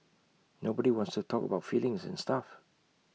nobody wants to talk about feelings and stuff